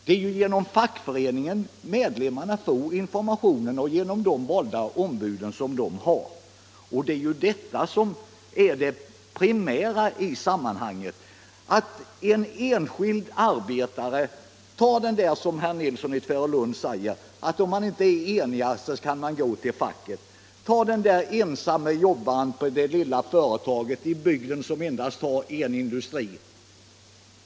Det är genom fackföreningen och genom de valda ombuden som medlemmarna får information. Det är detta som är det primära i sammanhanget. Om de anställda inte är ense kan de gå till facket, säger herr Nilsson. Ta den där ensamme jobbaren på det lilla företaget i bygden som endast har en industri.